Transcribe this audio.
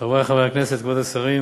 תודה, חברי חברי הכנסת, כבוד השרים,